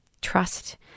trust